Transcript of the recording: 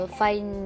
find